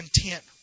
content